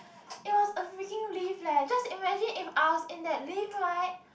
it was a freaking lift leh just imagine if I was in that lift [right]